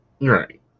Right